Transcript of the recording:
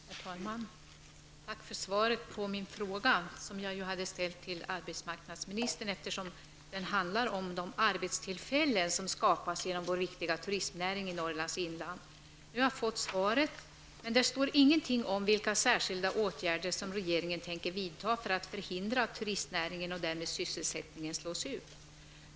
Herr talman! Jag tackar för svaret på min fråga, som jag ju hade ställt till arbetsmarknadsministern, eftersom den handlar om de arbetstillfällen som skapas i Norrlands inland genom vår viktiga turistnäring. Nu har jag alltså fått svar, men det står ingenting om de särskilda åtgärder som regeringen tänker vidta för att förhindra att turistnäringen och därmed sysselsättningen slås ut.